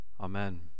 Amen